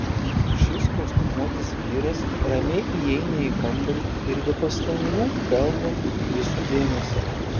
šis kostiumuotas vyras ramiai įeina į kambarį ir be pastangų pelno visų dėmesį